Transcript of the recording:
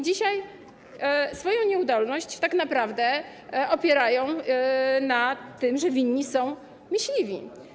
Dzisiaj swoją nieudolność tak naprawdę opierają na tym, że winni są myśliwi.